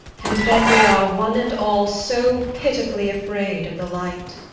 and then we are, one and all, so pitifully afraid of the light.